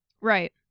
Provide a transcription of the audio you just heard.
right